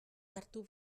hartu